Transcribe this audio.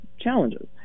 challenges